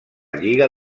lliga